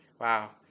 Wow